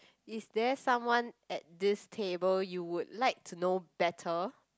is there someone at this table you would like to know better